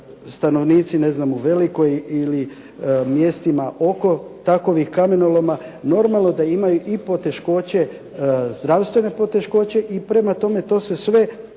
stanovnici ne znam u Velikoj ili mjestima oko takvog kamenoloma, normalno da imaju i zdravstvene poteškoće i prema tome to se sve